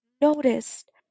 noticed